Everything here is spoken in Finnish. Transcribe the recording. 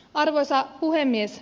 arvoisa puhemies